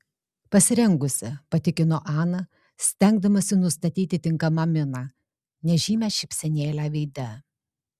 pasirengusi patikino ana stengdamasi nustatyti tinkamą miną nežymią šypsenėlę veide